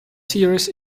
serious